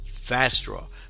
Fastdraw